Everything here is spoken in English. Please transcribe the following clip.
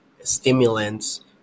stimulants